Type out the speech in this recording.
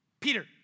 Peter